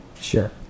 Sure